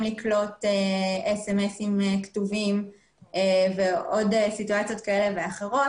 לקלוט SMS כתובים ועוד סיטואציות כאלה ואחרות.